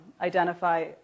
identify